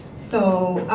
so,